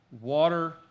Water